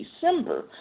December